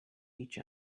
each